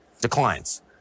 declines